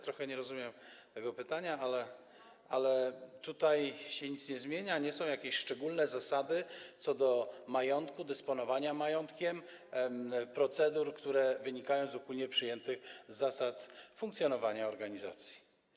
Trochę nie rozumiem tego pytania, ale tutaj się nic nie zmienia, nie ma jakichś szczególnych zasad co do majątku, dysponowania majątkiem, procedur, które wynikają z ogólnie przyjętych zasad funkcjonowania organizacji.